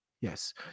Yes